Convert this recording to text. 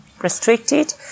restricted